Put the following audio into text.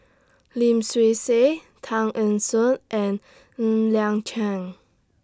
Lim Swee Say Tan Eng Soon and Ng Liang Chian